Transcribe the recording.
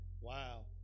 Wow